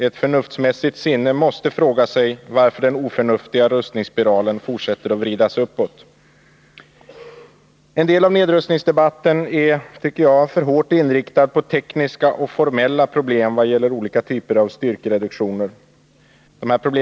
Ett förnuftsmässigt sinne måste fråga sig varför den oförnuftiga rustningsspiralen fortsätter att vridas uppåt. En del av nedrustningsdebatten är, tycker jag, för hårt inriktad på tekniska och formella problem i vad gäller olika typer av styrkereduktioner.